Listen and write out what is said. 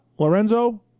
lorenzo